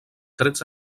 trets